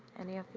any of